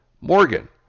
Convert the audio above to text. Morgan